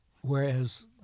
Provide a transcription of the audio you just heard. whereas